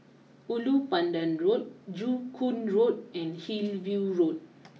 Ulu Pandan Road Joo Koon Road and Hillview Road